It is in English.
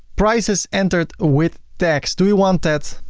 prices entered with tax, do you want that?